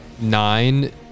nine